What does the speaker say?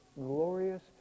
glorious